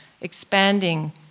expanding